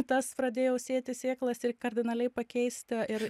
tas pradėjau sėti sėklas ir kardinaliai pakeisti ir